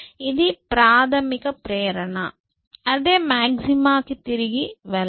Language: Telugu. ఇది ప్రాథమిక ప్రేరణ అదే మాక్సిమా కి తిరిగి వెళ్లము